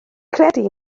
credu